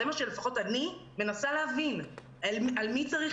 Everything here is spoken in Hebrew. זה מה שאני מנסה לפחות להבין - על מי צריך